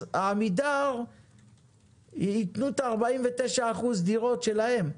אז עמידר ייתנו את ה-49% דירות שלהם,